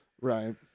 Right